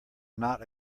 not